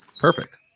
Perfect